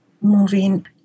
moving